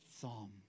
Psalm